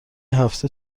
هفته